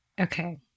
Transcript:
okay